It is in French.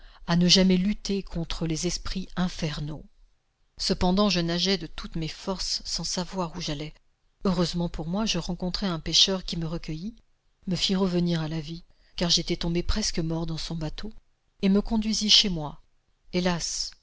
à ne jamais lutter contre les esprits infernaux cependant je nageais de toutes mes forces sans savoir où j'allais heureusement pour moi je rencontrai un pêcheur qui me recueillit me fit revenir à la vie car j'étais tombé presque mort dans son bateau et me conduisit chez moi hélas